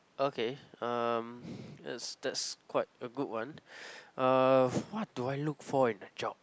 okay um that's that's quite a good one uh what do I look for in a job